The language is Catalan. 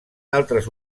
altres